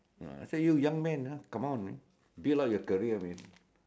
uh I say you young man ah come on build up your career man